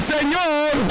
Señor